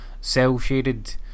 cell-shaded